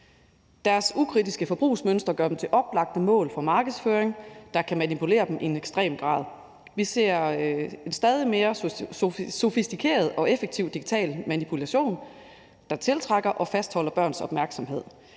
Deres ukritiske forbrugsmønstre gør dem til oplagte mål for markedsføring, der kan manipulere dem i en ekstrem grad. Vi ser en stadig mere sofistikeret og effektiv digital manipulation, der tiltrækker og fastholder børns opmærksomhed.